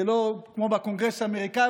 זה לא כמו בקונגרס האמריקאי,